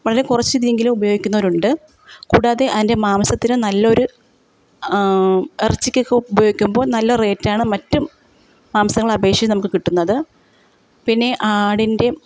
വളരെ കുറച്ചിതെങ്കിലും ഉപയോഗിക്കുന്നവരുണ്ട് കൂടാതെ അതിൻ്റെ മാംസത്തിന് നല്ലൊരു ഇറച്ചിക്കൊക്കെ ഉപയോഗിക്കുമ്പോൾ നല്ല റേറ്റാണ് മറ്റും മാംസങ്ങളെ അപേക്ഷിച്ച് നമുക്കു കിട്ടുന്നത് പിന്നെ ആടിൻ്റെ